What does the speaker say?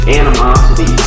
animosity